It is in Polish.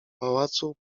pałacu